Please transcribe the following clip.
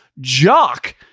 jock